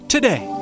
Today